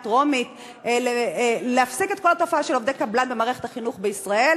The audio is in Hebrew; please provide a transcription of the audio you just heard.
טרומית להפסיק את כל התופעה של עובדי קבלן במערכת החינוך בישראל.